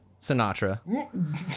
Sinatra